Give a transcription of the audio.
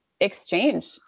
exchange